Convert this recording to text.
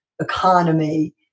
economy